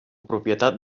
propietat